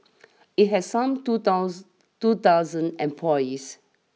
it had some two dose two dozen employees